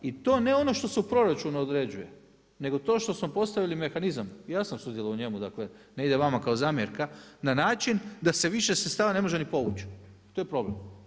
I to ne ono što se u proračunu određuje nego to što smo postavili mehanizam, ja sam sudjelovao u njemu, dakle ne ide vama kao zamjerka na način da se više sredstava ne može ni povući, to je problem.